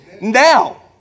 Now